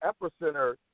epicenter